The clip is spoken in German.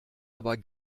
aber